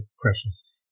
precious